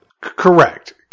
Correct